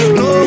no